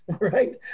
right